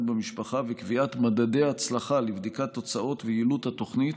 במשפחה וקביעת מדדי הצלחה לבדיקת תוצאות התוכנית